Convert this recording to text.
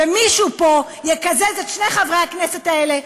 ומישהו פה יקזז את שני חברי הכנסת האלה,